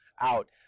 out